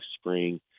spring